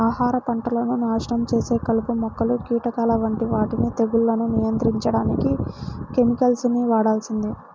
ఆహార పంటలను నాశనం చేసే కలుపు మొక్కలు, కీటకాల వంటి వాటిని తెగుళ్లను నియంత్రించడానికి కెమికల్స్ ని వాడాల్సిందే